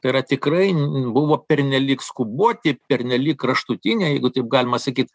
tai yra tikrai buvo pernelyg skuboti pernelyg kraštutiniai jeigu taip galima sakyt